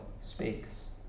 speaks